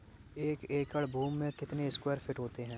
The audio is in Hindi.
एक एकड़ भूमि में कितने स्क्वायर फिट होते हैं?